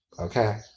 Okay